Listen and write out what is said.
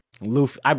Luffy